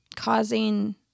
Causing